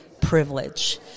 privilege